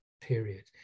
period